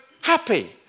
happy